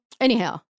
Anyhow